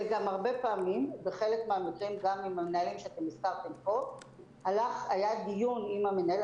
בחלק מהמקרים של מנהלים שהזכרתם פה היה דיון עם המנהל,